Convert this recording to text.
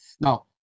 Now